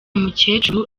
mukecuru